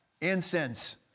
incense